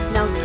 Now